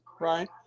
right